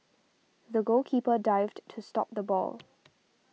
the goalkeeper dived to stop the ball